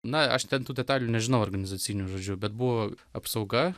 na aš ten tų detalių nežinau organizacinių žodžiu bet buvo apsauga